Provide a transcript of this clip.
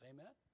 Amen